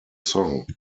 song